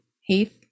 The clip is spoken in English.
Heath